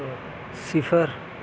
صفر